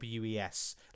WES